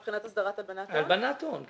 מבחינת הסדרת הלבנת הון?